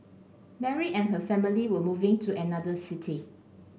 Mary and her family were moving to another city